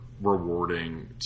rewarding